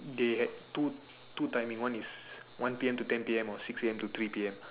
they had two two timing one is one P_M to ten P_M or six A_M to three P_M